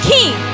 King